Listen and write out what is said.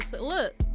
look